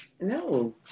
No